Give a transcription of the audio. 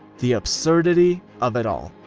the absurdity of it all.